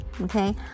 Okay